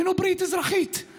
חברים, אף אחד לא ידכא אותנו.